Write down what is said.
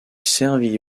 servit